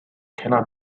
cannot